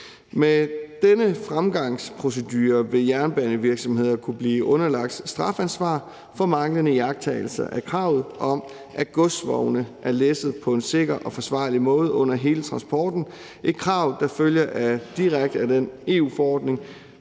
Med denne fremgangsprocedure vil jernbanevirksomheder kunne blive underlagt strafansvar for manglende iagttagelse af kravet om, at godsvogne er læsset på en sikker og forsvarlig måde under hele transporten. Det er et krav, der følger direkte af EU-forordningen,